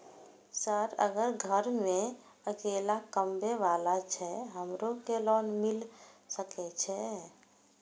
Sir अगर घर में अकेला कमबे वाला छे हमरो के लोन मिल सके छे?